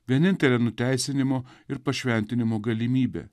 vienintelė nuteisinimo ir pašventinimo galimybė